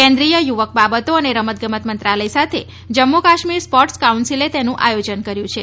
કેન્દ્રિય યુવક બાબતો અને રમત ગમત મંત્રાલય સાથે જમ્મુ કાશ્મીર સ્પોર્ટસ કાઉન્સીલે તેનું આયોજન કર્યું છે